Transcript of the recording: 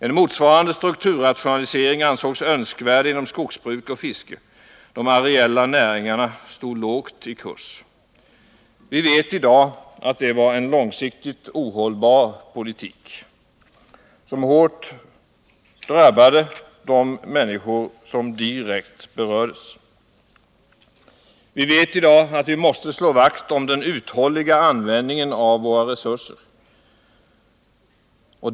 En motsvarande strukturrationalisering ansågs önskvärd inom skogsbruk och fiske. De areella näringarna stod lågt i kurs. Vi vet i dag att det var en långsiktigt ohållbar politik, som hårt drabbade de människor som direkt berördes. Vi vet i dag att vi måste slå vakt om den uthålliga användningen av våra resurser.